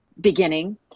beginning